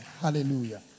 Hallelujah